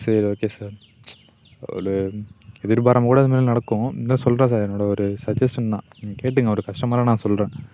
சரி okay sir ஒரு எதிர்பாராமல் கூட இதுமாரிலாம் நடக்கும் இருந்தாலும் சொல்கிறேன் சார் என்னோட ஒரு சஜ்ஜஷன் தான் கேட்டுக்கொங்க ஒரு கஸ்டமராக நான் சொல்கிறேன்